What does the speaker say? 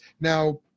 now